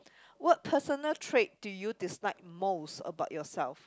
what personal trait do you dislike most about yourself